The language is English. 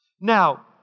Now